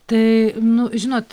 tai nu žinot